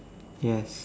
yes